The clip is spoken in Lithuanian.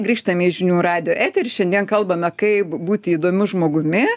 grįžtame į žinių radijo eterį ir šiandien kalbame kaip būti įdomiu žmogumi